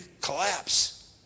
collapse